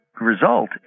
result